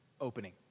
opening